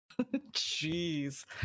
jeez